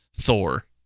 Thor